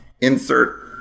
insert